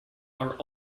are